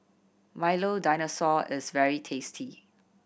Milo Dinosaur is very tasty